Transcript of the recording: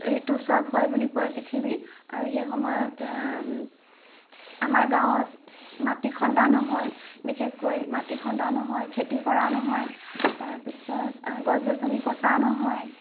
ঋতুস্ৰাৱ হয় বুলি কয় পৃথিৱীৰ আৰু সেই সময়ত আমাৰ গাঁৱত মাটি খন্দা নহয় বিশেষকৈ মাটি খন্দা নহয় খেতি কৰা নহয় তাৰ পিছত গছ গছনি কটা নহয়